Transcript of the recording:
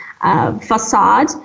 facade